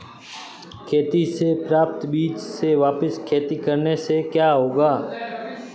खेती से प्राप्त बीज से वापिस खेती करने से क्या होगा?